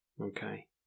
Okay